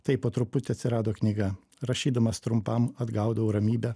taip po truputį atsirado knyga rašydamas trumpam atgaudavau ramybę